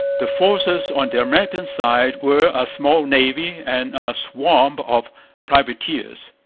the forces on the american side were a small navy and a swarm of privateers,